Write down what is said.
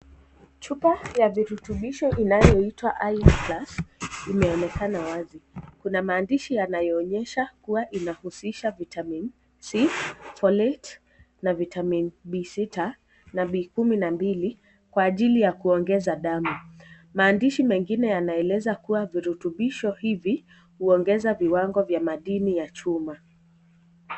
Chupa ya virutubisho inayoitwa Iron Plus imeonekana wazi. Kuna maandishi yanayoonyesha kuwa inahusisha vitamin c folate na vitamin B sita na B kumi na mbili kwa ajili ya kuongeza damu. Maandishi mengine yanaeleza kuwa virutubisho hivi huongeza viwango vya madini ya chuma.